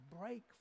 break